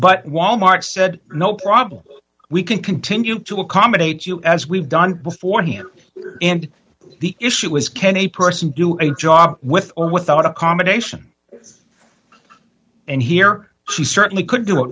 but wal mart said no problem we can continue to accommodate you as we've done before here and the issue is can a person do a job with or without a combination and he or she certainly could do it